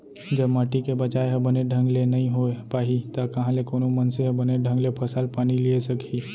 जब माटी के बचाय ह बने ढंग ले नइ होय पाही त कहॉं ले कोनो मनसे ह बने ढंग ले फसल पानी लिये सकही